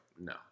no